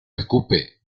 escupe